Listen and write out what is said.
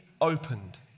opened